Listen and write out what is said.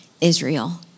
Israel